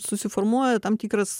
susiformuoja tam tikras